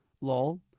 lol